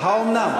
האומנם?